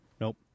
Nope